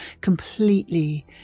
completely